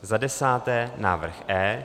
Za desáté, návrh E.